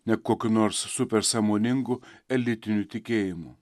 ne kokiu nors super sąmoningu elitiniu tikėjimu